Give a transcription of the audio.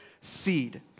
seed